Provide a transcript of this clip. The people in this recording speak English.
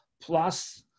plus